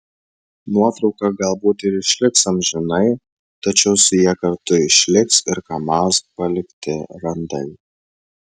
nuotrauka galbūt ir išliks amžinai tačiau su ja kartu išliks ir kamaz palikti randai